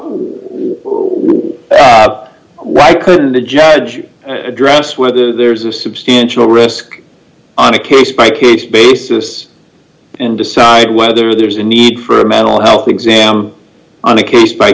why wait why couldn't the judge address whether there's a substantial risk on a case by case basis and decide whether there's a need for a mental health exam on a case by